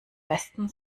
westen